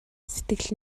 сэтгэл